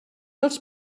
els